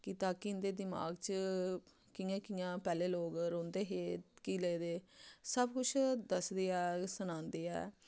कि ताकि इं'दे दमाग च कि'यां कि'यां पैह्ले लोक रौंह्दे हे किले दे सब कुछ दसदे ऐ सनांदे ऐ